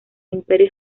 imperio